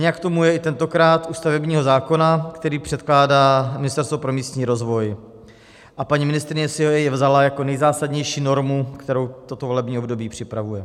Nejinak tomu je i tentokrát u stavebního zákona, který předkládá Ministerstvo pro místní rozvoj, a paní ministryně si jej vzala jako nejzásadnější normu, kterou toto volební období připravuje.